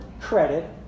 credit